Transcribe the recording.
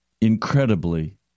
incredibly